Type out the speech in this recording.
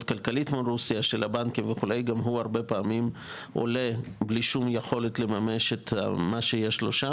מול הבנקים ברוסיה הרבה פעמים עולה בלי שום יכולת לממש את מה שיש לו.